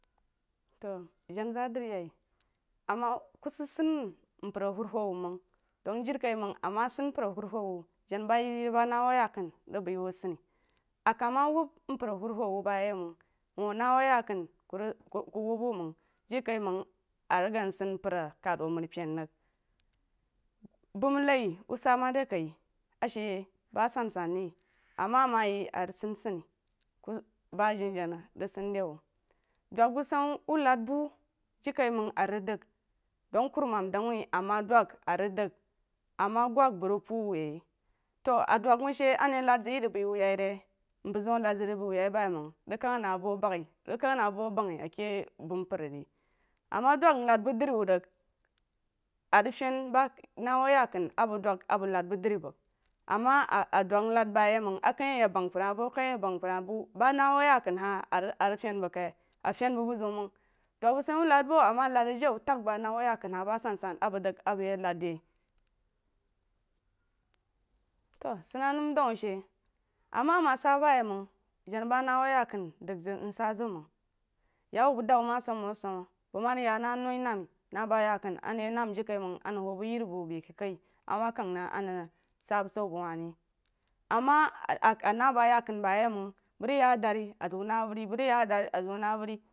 Too janazaadri yai abna ku sid san mpər awutu məng dəng jirikaiməg san mpər awuhu wu janabayeryer ba na wuh a ya kunu rig bəi wu saní a ka wub mpər awuhu wu bayimzəng wuu na wu a yakan ku rig ku wun we məng dirikai məng asan mpər a kəd wuh amripen rig ham nai wu sa mare kai ashi ba asansan re ama ye arig sansan ba janajana rig san de wu dwag bəg sein wuh ləg bu jirikaiməng arig dəg dwag kurumam dəg wuh ama dwag arig dəg ama gug məg rig puh wuh yi too a dwag məng shi ani nad zəd rig bəi wuh ri mpər ziu anan zəg rig bai wuu yai bayiməng rig kəg na voo bəg rig kəg na voo bəi a ke mu mpər ri ama dwag nnan bəg dri wu rig arig feni bəg nawuh ayaknu a məg dwag a məg nen bəg dri məg ama a dwag mnan bamyeiməng akai a ye bang mpər hahi bu akai aye bang mpər hahi bu akai aye bang mpən hahi bu ba na wu ayakunu hahi arig feni məg kai? A feni məg buziu məng dwag bəg sai wu nen bu ama men rig je wu ləg ba na wu a yaknu ba asansan yeí a balg dalg balg yí nen di to sid nam daumshi ama ama sa nam daunshi bam jana ba na wu ayaknu dəg zəg nsa zəg məng yau bəg dau ma som iju asom məg ma rig ya na noi namma na bəg a yaknu anəg ye namma jirikaiməg wu bəg yiribu bəi a ke kə a wo kəg nə anəg sabusu bəg wu ni ama ana ba ayaknu bayiməng bəg rig ya adari a zuo na quəri məg ya adari n ɛuo na auəri.